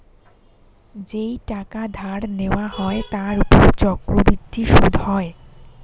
যেই টাকা ধার নেওয়া হয় তার উপর চক্রবৃদ্ধি সুদ হয়